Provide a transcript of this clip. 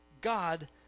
God